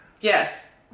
Yes